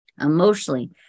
emotionally